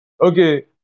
Okay